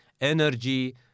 energy